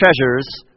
treasures